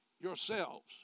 yourselves